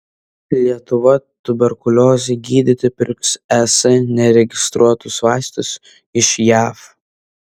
lietuva tuberkuliozei gydyti pirks es neregistruotus vaistus iš jav